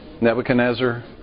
Nebuchadnezzar